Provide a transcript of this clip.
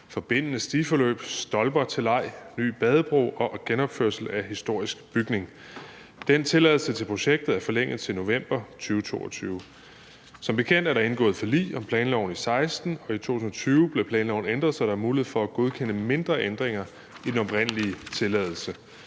forbindende stiforløb, stolper til leg, ny badebro og genopførelse af historisk bygning. Den tilladelse til projektet er forlænget til november 2022. Som bekendt er der indgået forlig om planloven i 2016, og i 2020 blev planloven ændret, så der er mulighed for at godkende mindre ændringer i den oprindelige tilladelse.